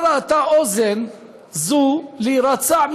מה ראתה אוזן זו להירצע,